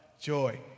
joy